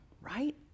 right